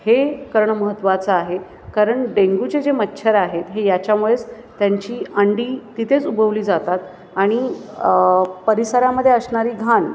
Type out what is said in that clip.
हे करणं महत्त्वाचं आहे कारण डेंग्यूचे जे मच्छर आहेत हे याच्यामुळेच त्यांची अंडी तिथेच उबवली जातात आणि परिसरामध्ये असणारी घाण